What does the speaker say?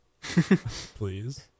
Please